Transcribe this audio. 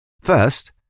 First